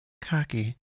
cocky